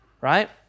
right